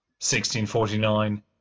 1649